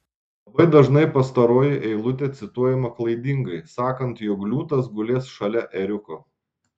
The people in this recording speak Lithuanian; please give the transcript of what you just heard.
labai dažnai pastaroji eilutė cituojama klaidingai sakant jog liūtas gulės šalia ėriuko